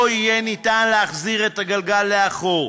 לא יהיה אפשר להחזיר את הגלגל לאחור.